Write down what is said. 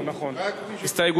ולכן רק מי שביקש הסתייגות.